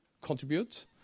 contribute